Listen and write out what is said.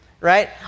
right